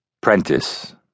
Prentice